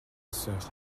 sœur